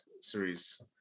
series